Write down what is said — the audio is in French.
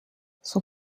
son